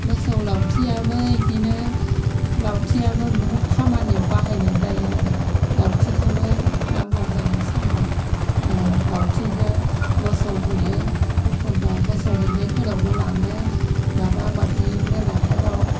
मोसौ लावथियाबो बिदिनो लावथियाबो बुहुत खामानियाव बाहायनाय जायो आरो लावथिखौबो नांगौ जायो समाव लावथिजों मोसौ बुयो एखनबा मोसौ हैनायफोरावबो लाङो माबा माबि मोनाफोराव